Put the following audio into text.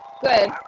good